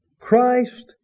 Christ